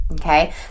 Okay